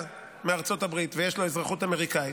מארצות הברית ויש לו אזרחות אמריקאית,